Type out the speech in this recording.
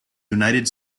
united